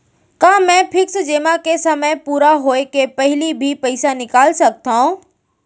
का मैं फिक्स जेमा के समय पूरा होय के पहिली भी पइसा निकाल सकथव?